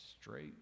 straight